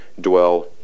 dwell